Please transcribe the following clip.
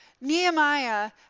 Nehemiah